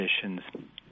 conditions